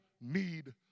need